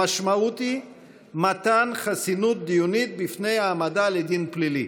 המשמעות היא מתן חסינות דיונית בפני העמדה לדין פלילי,